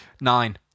Nine